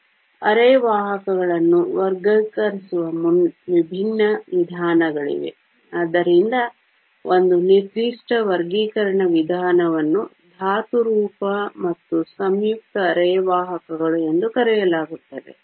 ಆದ್ದರಿಂದ ಅರೆವಾಹಕಗಳನ್ನು ವರ್ಗೀಕರಿಸುವ ವಿಭಿನ್ನ ವಿಧಾನಗಳಿವೆ ಆದ್ದರಿಂದ ಒಂದು ನಿರ್ದಿಷ್ಟ ವರ್ಗೀಕರಣ ವಿಧಾನವನ್ನು ಧಾತುರೂಪ ಮತ್ತು ಸಂಯುಕ್ತ ಅರೆವಾಹಕಗಳು ಎಂದು ಕರೆಯಲಾಗುತ್ತದೆ